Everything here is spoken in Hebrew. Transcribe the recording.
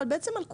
ובעצם על כולנו,